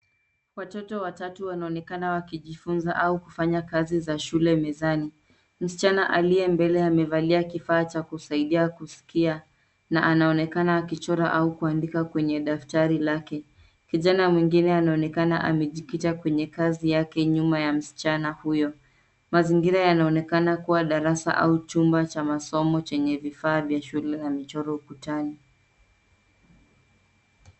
Watoto watatu wanaonekana wakijifunza au kufanya kazi za shule mezani. Msichana aliye mbele amevalia kifaa cha kusaidia kusikia na anaonekana akichora au kuandika kwenye daftari lake. Kijana mwengine anaonekana amejikita kwenye kazi yake nyuma ya msichana huyo. Mazingira yanaonekana kuwa darasa au chumba cha masomo chenye vifaa vya shule na michoro ukutani.